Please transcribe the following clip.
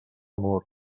amor